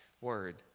word